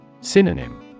Synonym